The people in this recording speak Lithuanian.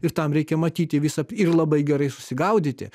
ir tam reikia matyti visą ir labai gerai susigaudyti